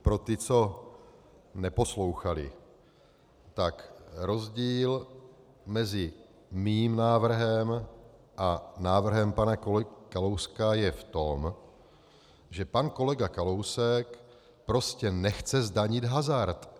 Pro ty, co neposlouchali, tak rozdíl mezi mým návrhem a návrhem pana kolegy Kalouska je v tom, že pan kolega Kalousek prostě nechce zdanit hazard.